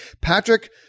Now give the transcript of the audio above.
Patrick